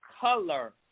color